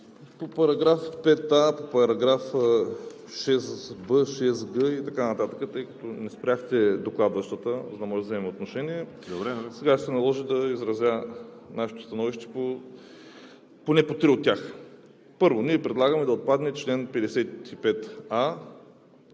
По § 5а, по § 6б, § 6г и така нататък, тъй като не спряхте докладващата, за да можем да вземем отношение, сега ще се наложи да изразя нашето становище поне по три от тях. Първо, ние предлагаме да отпадне чл. 55а,